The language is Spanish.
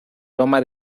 loma